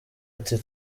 ati